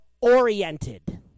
oriented